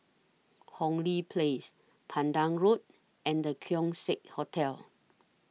Hong Lee Place Pandan Road and The Keong Saik Hotel